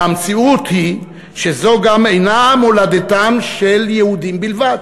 והמציאות היא שזאת גם אינה מולדתם של יהודים בלבד,